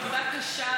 עבודה קשה,